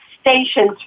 stations